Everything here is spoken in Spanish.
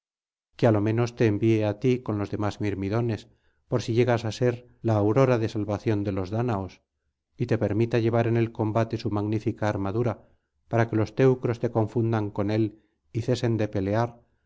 que á lo menos te envíe á ti con los demás mirmidones por si llegas á ser la aurora de salvación de los dáñaos y te permita llevar en el combate su magnífica armadura para que los teucros te confundan con él y cesen de pelear